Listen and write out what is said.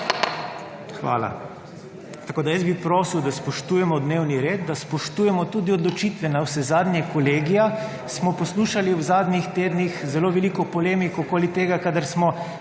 Hvala. Jaz bi prosil, da spoštujemo dnevni red, da spoštujemo tudi odločitve navsezadnje Kolegija. Smo poslušali v zadnjih tednih zelo veliko polemik okoli tega, kadar smo